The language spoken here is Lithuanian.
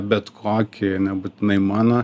bet kokį nebūtinai mano